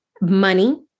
money